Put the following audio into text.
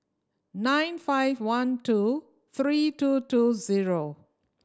nine five one two three two two zero